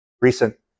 recent